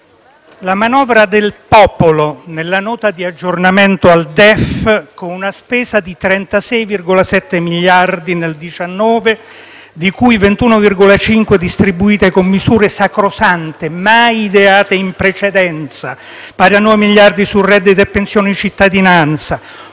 la manovra del popolo nella Nota di aggiornamento al DEF presenta una spesa di 36,7 miliardi nel 2019, di cui 21,5 distribuiti con misure sacrosante, mai ideate in precedenza, pari a 9 miliardi sul reddito e pensione di cittadinanza;